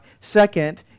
Second